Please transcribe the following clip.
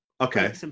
okay